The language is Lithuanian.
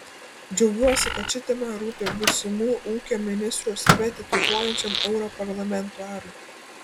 džiaugiuosi kad ši tema rūpi būsimu ūkio ministru save tituluojančiam europarlamentarui